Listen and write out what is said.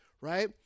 right